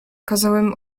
kazałem